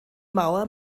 mauer